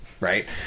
right